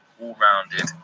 All-rounded